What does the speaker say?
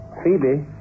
Phoebe